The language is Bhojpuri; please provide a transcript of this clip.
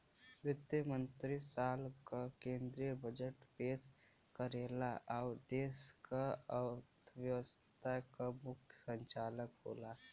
वित्त मंत्री साल क केंद्रीय बजट पेश करेला आउर देश क अर्थव्यवस्था क मुख्य संचालक होला